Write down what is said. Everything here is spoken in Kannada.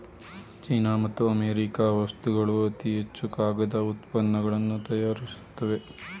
ಚೀನಾ ಮತ್ತು ಅಮೇರಿಕಾ ವಸ್ತುಗಳು ಅತಿ ಹೆಚ್ಚು ಕಾಗದ ಉತ್ಪನ್ನಗಳನ್ನು ತಯಾರಿಸುತ್ತವೆ